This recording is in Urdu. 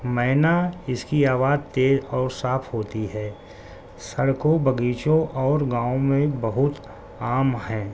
مین اس کی آواز تیز اور صاف ہوتی ہے سڑکوں بغیچوں اور گاؤں میں بہت عام ہیں